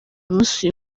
munsi